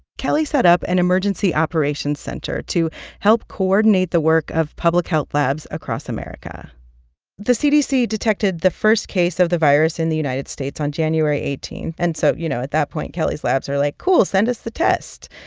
kelly set up an emergency operations center to help coordinate the work of public health labs across america the cdc detected the first case of the virus in the united states on january eighteen. and so, you know, at that point, kelly's labs are like, cool, send us the test.